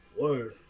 Word